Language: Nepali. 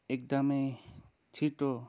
एकदमै छिट्टो